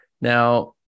Now